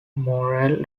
moral